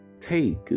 Take